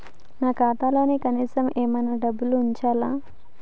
నా ఖాతాలో కనీసం ఏమన్నా డబ్బులు ఉంచాలా?